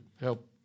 help